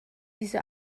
diese